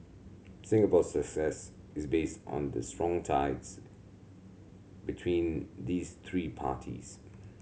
Singapore's success is based on the strong ties between these three parties